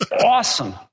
awesome